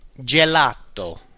gelato